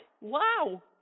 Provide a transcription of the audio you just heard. Wow